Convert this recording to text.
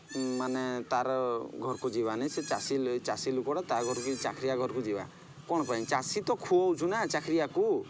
ମାନେ ତା'ର ଘରକୁ ଯିବାନାହିଁ ସେ ଚାଷୀ ଚାଷୀ ଲୋକ ତା ଘର ଚାକିରିଆ ଘରକୁ ଯିବା କ'ଣ ପାଇଁ ଚାଷୀ ତ ଖୁଆଉଛୁ ନା ଚାକିରିଆକୁ